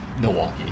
Milwaukee